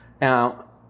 Now